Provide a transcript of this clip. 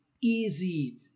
easy